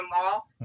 Mall